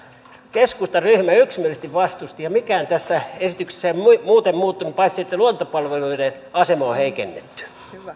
keskustan ryhmä yksimielisesti vastusti ja mikään tässä esityksessä ei ole muuten muuttunut paitsi se että luontopalveluiden asemaa on heikennetty